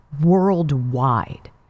worldwide